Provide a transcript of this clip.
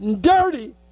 dirty